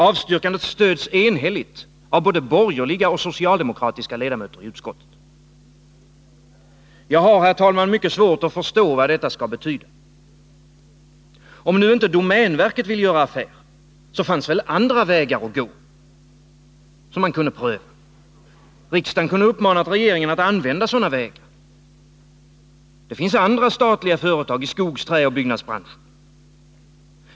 Avstyrkandet stöds enhälligt av både borgerliga och socialdemokratiska Jag har, herr talman, mycket svårt att förstå vad detta skall betyda. Om nu inte domänverket vill göra affär, fanns det väl andra vägar som man kunde ha prövat. Riksdagen kunde ha uppmanat regeringen att använda sådana vägar. Det finns andra statliga företag i skogs-, träoch byggnadsbranschen.